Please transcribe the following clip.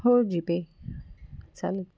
हो जीपे चालेल